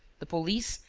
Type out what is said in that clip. the police,